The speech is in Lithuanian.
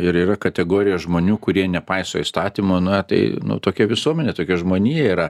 ir yra kategorija žmonių kurie nepaiso įstatymo na tai nu tokia visuomenė tokia žmonija yra